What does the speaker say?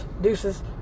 deuces